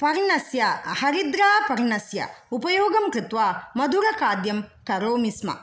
पर्णस्य हरिद्रापर्णस्य उपयोगं कृत्वा मधुरखाद्यं करोमि स्म